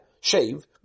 shave